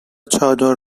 چادر